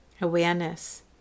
awareness